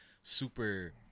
super